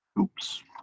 Oops